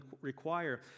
require